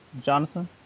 Jonathan